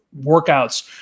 workouts